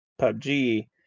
PUBG